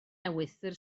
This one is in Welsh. ewythr